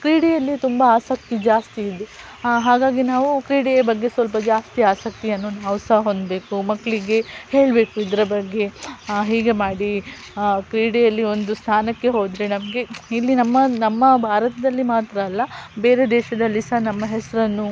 ಕ್ರೀಡೆಯಲ್ಲಿ ತುಂಬ ಆಸಕ್ತಿ ಜಾಸ್ತಿ ಇದೆ ಹಾಗಾಗಿ ನಾವು ಕ್ರೀಡೆಯ ಬಗ್ಗೆ ಸ್ವಲ್ಪ ಜಾಸ್ತಿ ಆಸಕ್ತಿಯನ್ನು ನಾವು ಸಹ ಹೊಂದಬೇಕು ಮಕ್ಕಳಿಗೆ ಹೇಳಬೇಕು ಇದರ ಬಗ್ಗೆ ಹೀಗೆ ಮಾಡಿ ಕ್ರೀಡೆಯಲ್ಲಿ ಒಂದು ಸ್ಥಾನಕ್ಕೆ ಹೋದರೆ ನಮಗೆ ಇಲ್ಲಿ ನಮ್ಮ ನಮ್ಮ ಭಾರತದಲ್ಲಿ ಮಾತ್ರ ಅಲ್ಲ ಬೇರೆ ದೇಶದಲ್ಲಿ ಸಹ ನಮ್ಮ ಹೆಸರನ್ನು